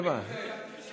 אתה